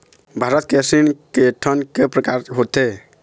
भारत के ऋण के ठन प्रकार होथे?